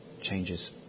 changes